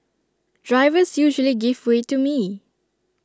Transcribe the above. drivers usually give way to me